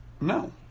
No